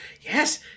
yes